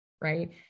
right